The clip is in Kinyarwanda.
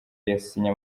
yasinye